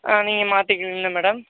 ஆ நீங்கள் மாற்றிக்குவீங்களா மேடம்